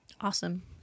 Awesome